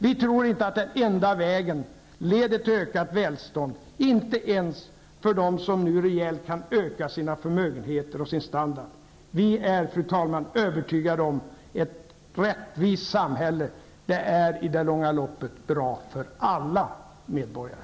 Vi tror inte att den enda vägen leder till ökat välstånd, inte ens för dem som nu kan öka sina förmögheter och sin standard rejält. Vi är, fru talman, övertygade om att ett rättvist samhälle i det långa loppet är bra för alla medborgare.